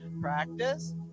practice